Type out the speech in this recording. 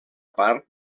part